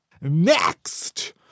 Next